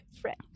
friend